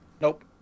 Nope